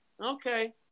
okay